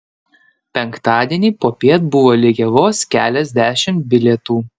penktadienį popiet buvo likę vos keliasdešimt bilietų